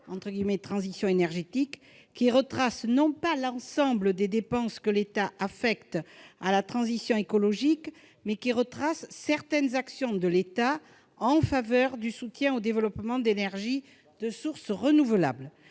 spéciale « Transition énergétique », qui retrace non pas l'ensemble des dépenses que l'État affecte à la transition écologique, mais seulement certaines actions de l'État en faveur du soutien au développement d'énergies de sources renouvelables.